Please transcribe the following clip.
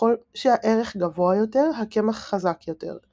ככל שהערך גבוה יותר, הקמח חזק יותר.